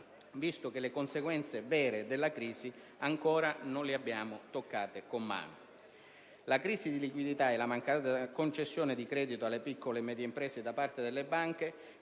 visto che le vere conseguenze della crisi ancora non le abbiamo toccate con mano. La crisi di liquidità e la mancata concessione di credito alle piccole e medie imprese da parte delle banche,